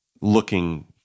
looking